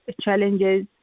challenges